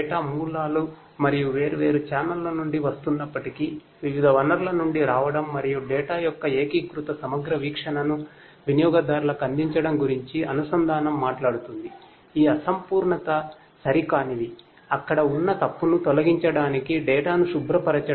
data నుతొలగించడం